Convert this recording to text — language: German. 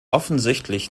offensichtlich